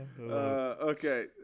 Okay